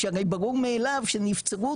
שהרי ברור מאליו שנבצרות,